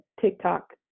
TikTok